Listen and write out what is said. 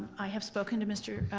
i have spoken to mr.